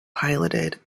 piloted